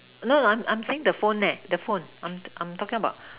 no I'm I'm saying the phone leh the phone I'm I'm talking about